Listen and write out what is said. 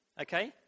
okay